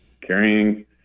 carrying